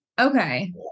Okay